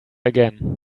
again